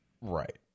Right